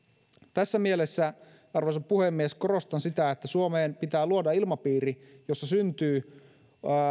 tässä mielessä arvoisa puhemies korostan sitä että suomeen pitää luoda ilmapiiri jossa syntyy